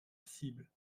cible